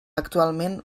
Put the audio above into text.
actualment